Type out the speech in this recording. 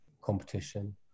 competition